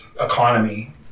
economy